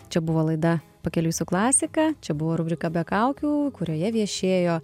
čia buvo laida pakeliui su klasika čia buvo rubrika be kaukių kurioje viešėjo